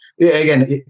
again